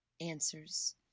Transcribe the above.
answers